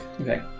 Okay